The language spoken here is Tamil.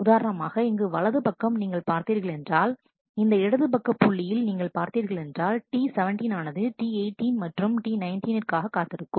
உதாரணமாக இங்கு வலது பக்கம் நீங்கள் பார்த்தீர்கள் என்றால் இந்த இடதுபக்க புள்ளியில் நீங்கள் பார்த்தீர்கள் என்றால் T17 ஆனது T18 மற்றும் T19 னிற்காக காத்திருக்கும்